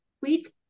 weeds